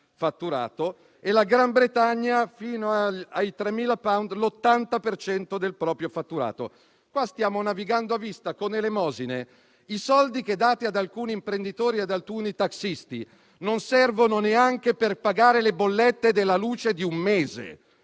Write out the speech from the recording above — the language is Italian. fatturato e la Gran Bretagna, fino a 3.000 *pound*, l'80 per cento del fatturato. In Italia stiamo navigando a vista con elemosine. I soldi dati ad alcuni imprenditori o taxisti non servono neanche per pagare le bollette della luce di un mese.